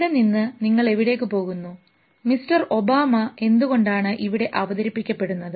ഇവിടെ നിന്ന് നിങ്ങൾ എവിടേക്ക് പോകുന്നു മിസ്റ്റർ ഒബാമ എന്തുകൊണ്ടാണ് ഇവിടെ അവതരിപ്പിക്കപ്പെടുന്നത്